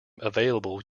available